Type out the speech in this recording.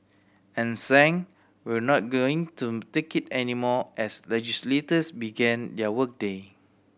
and sang We're not going to take it anymore as legislators began their work day